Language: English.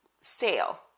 sale